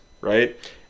right